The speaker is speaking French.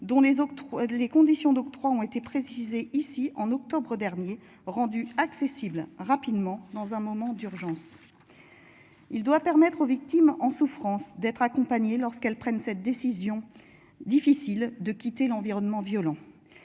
de les conditions d'octroi ont été précisées, ici en octobre dernier rendu accessible rapidement dans un moment d'urgence. Il doit permettre aux victimes en souffrance d'être accompagnées lorsqu'elles prennent cette décision difficile de quitter l'environnement violent.